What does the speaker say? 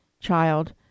child